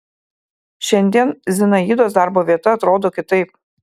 šiandien zinaidos darbo vieta atrodo kitaip